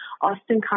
Austin